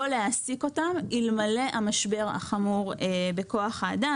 להעסיק אותם אלמלא המשבר החמור בכוח האדם,